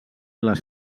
les